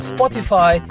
Spotify